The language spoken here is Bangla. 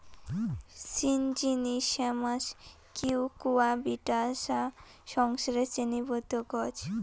ঝিঙ্গিনী শ্যামাস কিউকুয়াবিটাশা সংসারের শ্রেণীবদ্ধ গছ